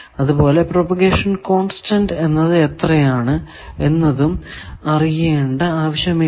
അതുപോലെ propagation constant എന്നത് എത്രയാണ് എന്നതും അറിയേണ്ട ആവശ്യമില്ല